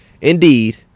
Indeed